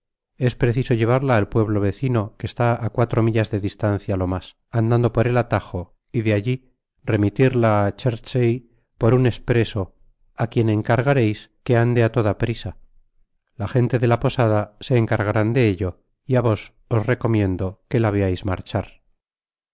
es preciso llevarla al pueblo vecino que está á cuatro millas de distancia lo mas andando por el atajo y de alli remitirla á chertsey por un expreso á quien encargareis que ande á toda prisa la gente de la posada se encargarán de ello y á vos os recomiendo que la veais marchar